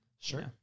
Sure